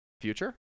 Future